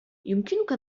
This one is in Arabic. يمكنك